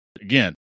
again